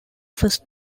first